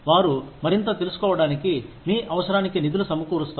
వారు మరింత తెలుసుకోవడానికి మీ అవసరానికి నిధులు సమకూరుస్తారు